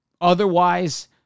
Otherwise